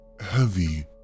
heavy